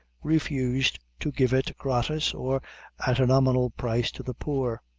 refused to give it gratis, or at a nominal price to the poor.